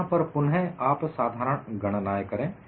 यहां पर पुन आप साधारण गणनाएं करें